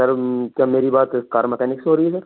سر کیا میری بات کار مکینک سے ہو رہی ہے سر